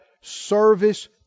service